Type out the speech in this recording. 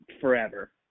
forever